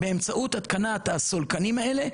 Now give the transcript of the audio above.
באמצעות התקנת הסולקנים האלה,